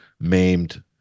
maimed